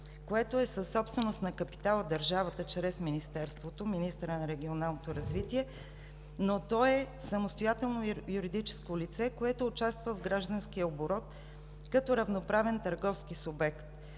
което е съсобственост на капитал от държавата чрез Министерството, министъра на регионалното развитие, но то е самостоятелно юридическо лице, което участва в гражданския оборот като равноправен търговски субект.